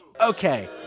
Okay